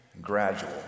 gradual